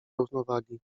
równowagi